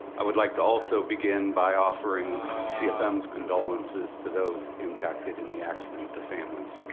i would like to also begin by offering cfm's condolences to those impacted in the accident, the families.